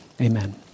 Amen